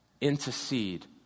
intercede